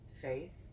faith